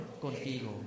contigo